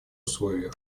условиях